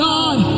God